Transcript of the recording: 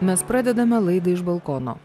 mes pradedame laidą iš balkono